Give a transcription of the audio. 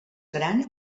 gran